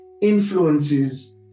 influences